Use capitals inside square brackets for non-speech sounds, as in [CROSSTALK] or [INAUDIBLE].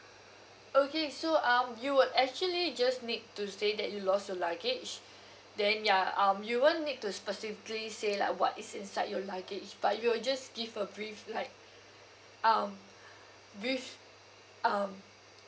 okay so um you would actually just need to say that you lost your luggage [BREATH] then ya um you won't need to specifically say like what is inside your luggage but you'll just give a brief like um [BREATH] brief um